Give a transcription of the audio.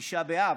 תשעה באב,